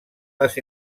les